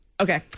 Okay